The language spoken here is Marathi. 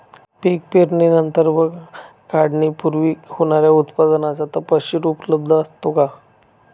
पीक पेरणीनंतर व काढणीपूर्वी होणाऱ्या उत्पादनाचा तपशील उपलब्ध असतो का?